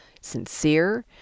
sincere